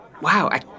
Wow